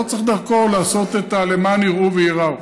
לא צריך דרכו לעשות את ה"למען יראו וייראו".